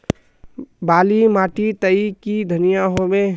बाली माटी तई की धनिया होबे?